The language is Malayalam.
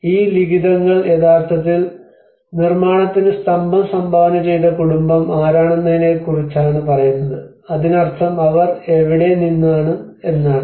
ഈ ലിഖിതങ്ങൾ യഥാർത്ഥത്തിൽ നിർമാണത്തിന് സ്തംഭം സംഭാവന ചെയ്ത കുടുംബം ആരാണെന്നതിനെക്കുറിച്ചാണ് പറയുന്നത് അതിനർത്ഥം അവർ എവിടെ നിന്നാണ് എന്നാണ്